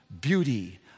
beauty